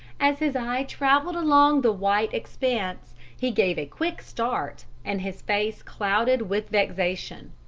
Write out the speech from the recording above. as his eye traveled along the white expanse, he gave a quick start, and his face clouded with vexation.